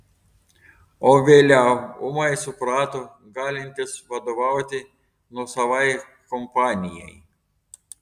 o vėliau ūmai suprato galintis vadovauti nuosavai kompanijai